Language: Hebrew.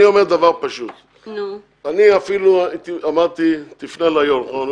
אני אומר דבר פשוט: אמרתי תפנה ליו"ר,